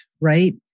right